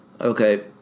okay